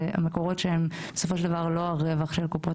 בסופו של דבר המקורות האלה הם לא מקורות רווח של קופות